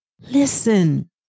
Listen